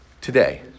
Today